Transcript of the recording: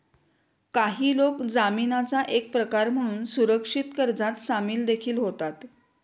काही लोक जामीनाचा एक प्रकार म्हणून सुरक्षित कर्जात सामील देखील होतात